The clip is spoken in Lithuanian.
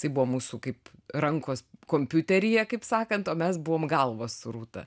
tai buvo mūsų kaip rankos kompiuteryje kaip sakant o mes buvom galvos su rūta